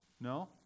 No